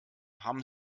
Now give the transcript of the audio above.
haben